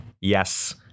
Yes